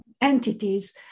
entities